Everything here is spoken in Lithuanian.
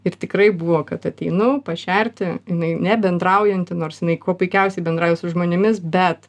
ir tikrai buvo kad ateinu pašerti jinai nebendraujanti nors jinai kuo puikiausiai bendrauja su žmonėmis bet